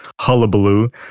hullabaloo